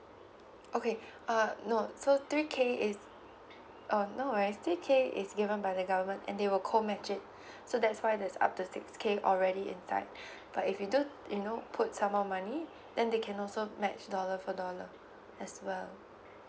okay uh no so three K is uh no worries three K is given by the government and they will co match it so that's why that's up to six K already inside but if you do you know put some more money then they can also match dollar for dollar as well